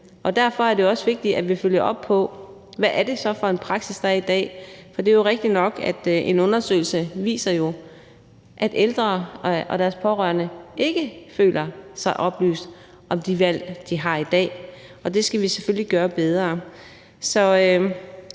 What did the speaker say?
Derfor er det også vigtigt, at vi følger op på, hvad det så er for en praksis, der er i dag, for det jo rigtigt nok, at en undersøgelse viser, at ældre og deres pårørende ikke føler sig oplyst om de valg, de har i dag. Det skal vi selvfølgelig gøre bedre.